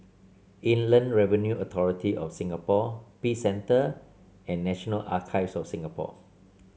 Inland Revenue Authority of Singapore Peace Centre and National Archives of Singapore